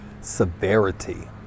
severity